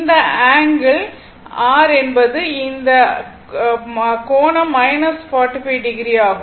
இந்த angle r என்பது இந்த r கோணம் ∠ 45o ஆகும்